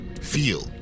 feel